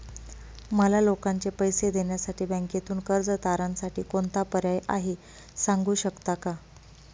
मला लोकांचे पैसे देण्यासाठी बँकेतून कर्ज तारणसाठी कोणता पर्याय आहे? सांगू शकता का?